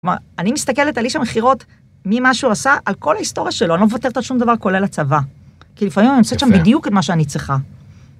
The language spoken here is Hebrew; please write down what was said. כלומר, אני מסתכלת על איש המכירות, ממה שהוא עשה, על כל ההיסטוריה שלו, אני לא מוותרת על שום דבר כולל הצבא. כי לפעמים אני מוצאת שם בדיוק את מה שאני צריכה.